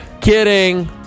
Kidding